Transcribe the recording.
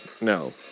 No